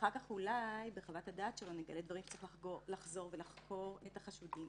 ואחר כך אולי בחוות הדעת שלו נגלה דברים שצריך לחזור ולחקור את החשודים.